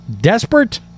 desperate